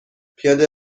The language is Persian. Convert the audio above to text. پیاده